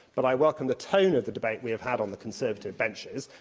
but i welcome the tone of the debate we have had on the conservative benches,